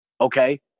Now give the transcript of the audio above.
Okay